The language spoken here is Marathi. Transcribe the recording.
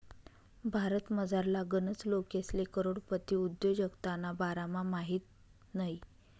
भारतमझारला गनच लोकेसले करोडपती उद्योजकताना बारामा माहित नयी